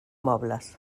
mobles